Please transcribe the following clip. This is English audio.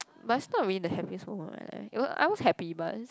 but it's not really the happiest moment of my life it I was happy but